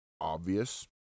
obvious